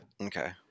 Okay